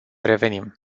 revenim